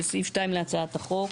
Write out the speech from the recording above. לסעיף 2 להצעת החוק.